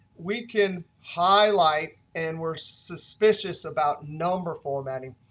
we can highlight and we're suspicious about number formatting.